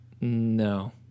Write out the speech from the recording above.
No